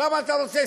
כמה אתה רוצה?